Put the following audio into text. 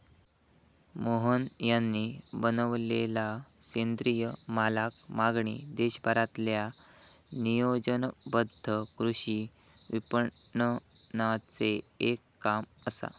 मोहन यांनी बनवलेलला सेंद्रिय मालाक मागणी देशभरातील्या नियोजनबद्ध कृषी विपणनाचे एक काम असा